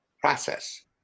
process